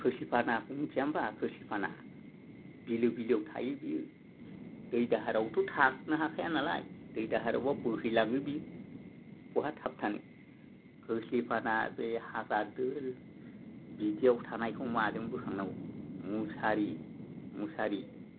खोस्लिफानाखौ मोन्थिया होनबा खोस्लिफाना बिलो बिलोयाव थायो बियो दै दाहारावथ' थानो हाखाया नालाय दै दाहारावबा बोहैलाङो बियो बहा थाबथानो खोस्लिफाना बे हाग्रा धोल बिदियाव थानायखौ माजों बोखांनांगौ मुसारि मुसारि